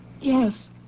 Yes